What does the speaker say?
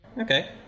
Okay